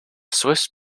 swiss